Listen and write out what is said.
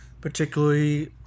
particularly